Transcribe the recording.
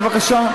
בבקשה?